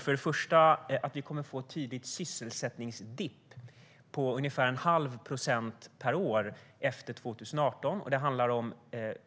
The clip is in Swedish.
Först och främst kommer vi att få en tydlig sysselsättningsdipp på ungefär en halv procent per år efter 2018. Det handlar